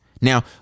Now